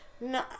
No